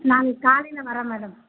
நாளைக்கு காலையில வரோம் மேடம்